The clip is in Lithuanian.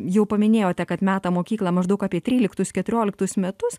jau paminėjote kad meta mokyklą maždaug apie tryliktus keturioliktus metus